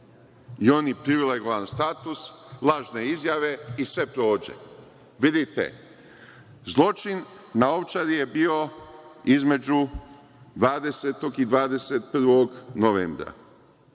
I on je privilegovan status, lažne izjave i sve prođe. Vidite, zločin na Ovčari je bio između 20. i 21. novembra.